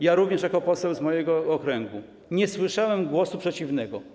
Ja również jako poseł z mojego okręgu nie słyszałem głosu przeciwnego.